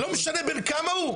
לא משנה בן כמה הוא?